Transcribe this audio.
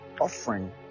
offering